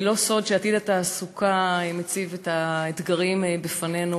לא סוד שעתיד התעסוקה מציב אתגרים בפנינו.